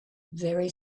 very